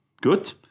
Good